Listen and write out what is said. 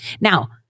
Now